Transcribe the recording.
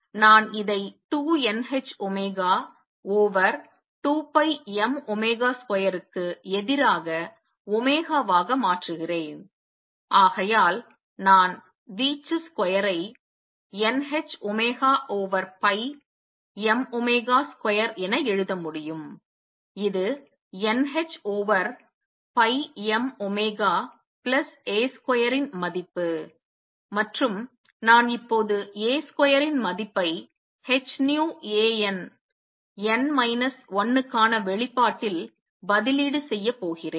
நான் இதை 2 n h omega over 2 pi m omega ஸ்கொயருக்கு எதிராக ஒமேகாவாக மாற்றுகிறேன் ஆகையால் நான் வீச்சு ஸ்கொயர் ஐ nh omega over pi m omega square என எழுத முடியும் இது n h over pi m omega plus A square இன் மதிப்பு மற்றும் நான் இப்போது A ஸ்கொயர் இன் மதிப்பை h nu A n n minus 1 க்கான வெளிப்பாட்டில் பதிலீடு செய்யப்போகிறேன்